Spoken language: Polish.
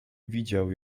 widział